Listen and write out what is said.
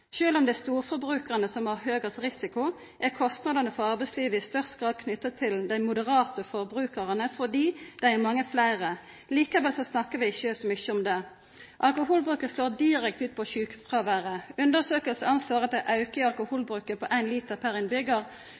om det er storforbrukarane som har høgast risiko, er kostnadene for arbeidslivet i størst grad knytte til dei moderate forbrukarane fordi dei er mange fleire. Likevel snakkar vi ikkje så mykje om det. Alkoholforbruket slår direkte ut på sjukefråværet. Undersøkingar anslår at ein auke i alkoholforbruket på éin liter per